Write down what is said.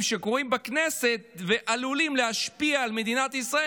שקורים בכנסת ועלולים להשפיע על מדינת ישראל,